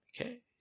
Okay